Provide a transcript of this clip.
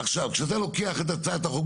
כשאתה לוקח את הצעת החוק,